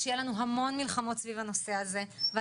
זה החזון האסטרטגי שלנו במשרד הבריאות בכל המכלול הזה של בריאות